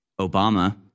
Obama